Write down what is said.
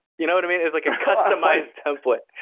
you know what i mean? it's like a customized template.